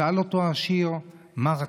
שאל אותו העשיר: מה רצית?